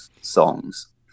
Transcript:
songs